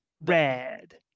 ...red